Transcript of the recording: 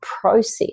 process